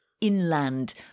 inland